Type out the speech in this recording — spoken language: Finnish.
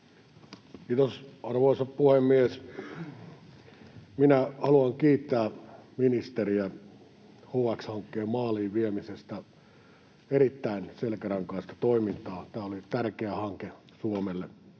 Kiitos, arvoisa puhemies! Minä haluan kiittää ministeriä HX-hankkeen maaliin viemisestä — erittäin selkärankaista toimintaa. Tämä oli tärkeä hanke Suomelle.